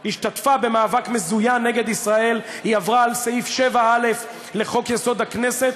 השתתפה במאבק מזוין נגד ישראל היא עברה על סעיף 7א לחוק-יסוד: הכנסת,